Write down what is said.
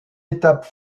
étape